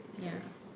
ya